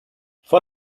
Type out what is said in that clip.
vor